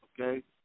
Okay